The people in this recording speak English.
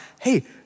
hey